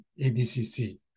ADCC